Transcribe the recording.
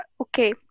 okay